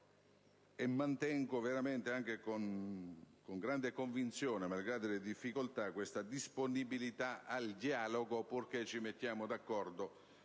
Mantengo inoltre con grande convinzione, malgrado le difficoltà, questa disponibilità al dialogo, purché ci mettiamo d'accordo